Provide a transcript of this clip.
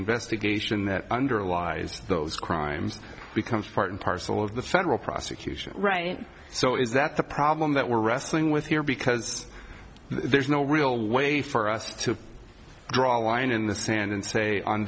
investigation that underlies those crimes becomes part and parcel of the federal prosecution right so is that the problem that we're wrestling with here because there's no real way for us to draw a line in the sand and say on